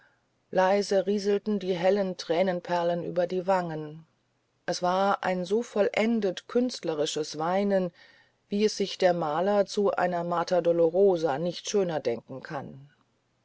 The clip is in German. leise rieselten die hellen thränenperlen über die wangen es war ein so vollendet künstlerisches weinen wie es sich der maler zu einer mater dolorosa nicht schöner denken kann